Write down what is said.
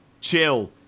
chill